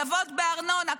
הטבות בארנונה,